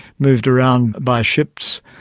moved around by ships,